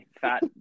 fat